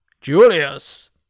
Julius